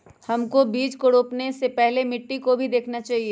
हमको बीज को रोपने से पहले मिट्टी को भी देखना चाहिए?